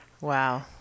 Wow